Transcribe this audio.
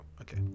Okay